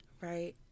right